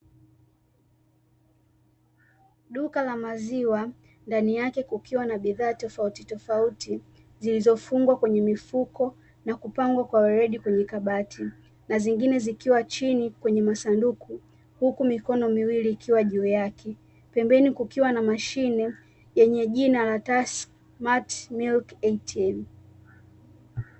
Duka la maziwa ndani yake kukiwa na bidhaa tofautitofauti, zilizofungwa kwenye mifuko na kupangwa kwa weledi kwenye kabati na zingine zikiwa chini kwenye masanduku huku mikono miwili ikiwa juu yake, pembeni kukiwa na mashine yenye jina la Tasimati miliki ATM.